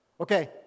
Okay